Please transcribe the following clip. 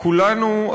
כולנו,